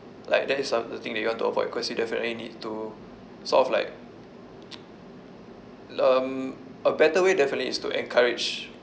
like that is uh the thing that you want to avoid because you definitely need to sort of like um a better way definitely is to encourage